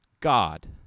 God